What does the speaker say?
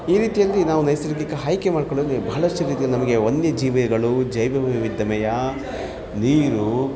ಈ ರೀತಿಯಲ್ಲಿ ನಾವು ನೈಸರ್ಗಿಕ ಆಯ್ಕೆ ಮಾಡಿಕೊಳ್ಳುವಲ್ಲಿ ಬಹಳಷ್ಟು ರೀತಿಯಲ್ಲಿ ನಮಗೆ ವನ್ಯ ಜೀವಿಗಳು ಜೈವ ವೈವಿದ್ಯಮಯ ನೀರು